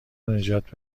نجات